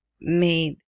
made